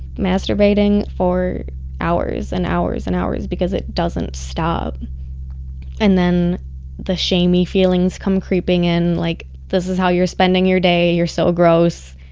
masturbating for hours and hours and hours because it doesn't stop and then the shamey feelings come creeping in. like, this is how you're spending your day you're so gross